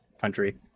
country